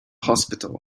hospital